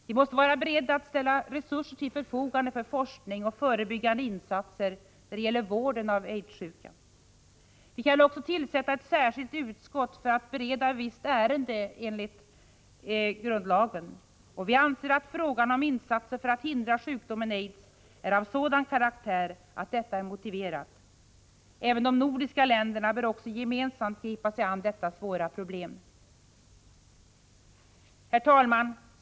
Vi måste vara beredda att ställa resurser till förfogande för forskning och förebyggande insatser när det gäller vård av aidssjuka. Enligt grundlagen kan vi också tillsätta ett särskilt utskott för att bereda ett visst ärende. Vi anser att frågan om insatser för att hindra sjukdomen aids är av sådan karaktär att detta är motiverat. De nordiska länderna bör gemensamt gripa sig an detta svåra problem. Herr talman!